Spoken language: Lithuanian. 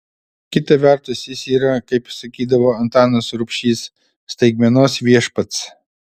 kita vertus jis yra kaip sakydavo antanas rubšys staigmenos viešpats